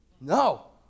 No